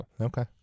okay